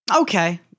Okay